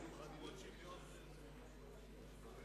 שמי